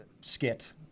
Skit